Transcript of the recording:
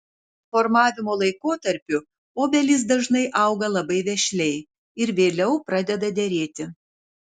formavimo laikotarpiu obelys dažnai auga labai vešliai ir vėliau pradeda derėti